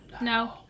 No